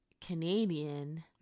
Canadian